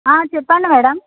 ఆ చెప్పండి మేడం